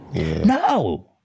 no